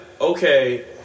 okay